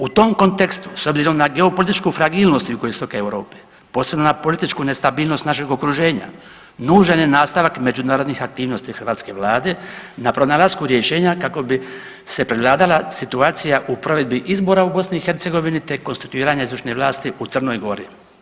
U tom kontekstu s obzirom na geopolitičku fragilnost jugoistoka Europe, posebno na političku nestabilnost našeg okruženja nužan je nastavak međunarodnih aktivnosti hrvatske vlade na pronalasku rješenja kako bi se prevladala situacija u provedbi izbora u BiH, te konstituiranje izvršne vlasti u Crnoj Gori.